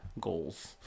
goals